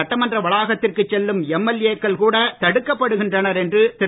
சட்டமன்ற வளாகத்திற்கு செல்லும் எம்எல்ஏ க்கள் கூட தடுக்கப்படுகின்றனர் என்று திரு